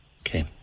Okay